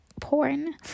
porn